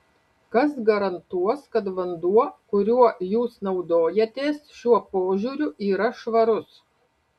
kas garantuos kad vanduo kuriuo jūs naudojatės šiuo požiūriu yra švarus